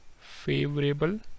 favorable